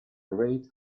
rate